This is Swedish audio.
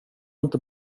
inte